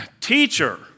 Teacher